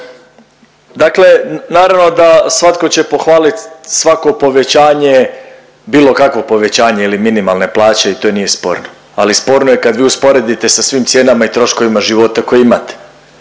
Dakle, naravno da svatko će pohvalit svako povećanje bilo kakvo povećanje ili minimalne plaće i to nije sporno, ali sporno je kad vi usporedite sa svim cijenama i troškovima života koja imate.